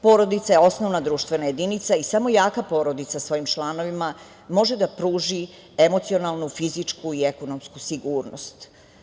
Porodica je osnovna društvena jedinica i samo jaka porodica svojim članovima može da pruži emocionalnu, fizičku i ekonomsku sigurnost.